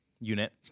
unit